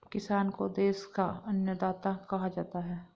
किसान को देश का अन्नदाता कहा जाता है